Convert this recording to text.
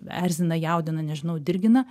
erzina jaudina nežinau dirgina